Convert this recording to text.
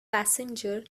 passenger